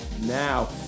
now